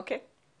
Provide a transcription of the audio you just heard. אוקיי.